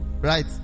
right